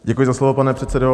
Děkuji za slovo, pane předsedo.